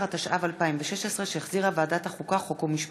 10), התשע"ו 2016, שהחזירה ועדת החוקה, חוק ומשפט.